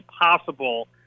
possible